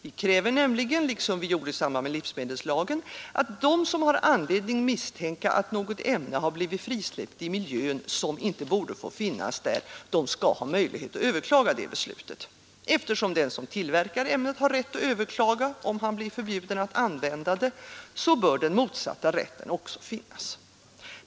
Vi kräver nämligen — liksom vi gjorde i samband med livsmedelslagen — att de som har anledning misstänka att något ämne blivit frisläppt i miljön som inte borde få finnas där skall ha möjlighet att överklaga detta beslut. Eftersom den som tillverkar ämnet har rätt att överklaga om han blir förbjuden att använda det, så bör den motsatta rätten också finnas.